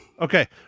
Okay